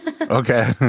Okay